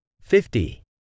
fifty